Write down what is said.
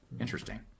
Interesting